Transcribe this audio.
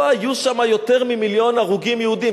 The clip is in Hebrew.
לא היו שם יותר ממיליון הרוגים יהודים,